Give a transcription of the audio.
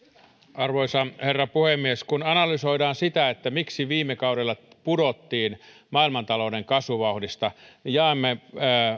arvoisa herra puhemies kun analysoidaan sitä miksi viime kaudella pudottiin maailmantalouden kasvuvauhdista jaamme